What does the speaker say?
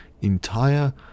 entire